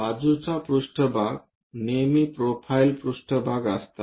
बाजूच्या पृष्ठभाग नेहमी प्रोफाइल पृष्ठभाग असतात